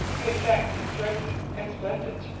the effect is striking and splendid.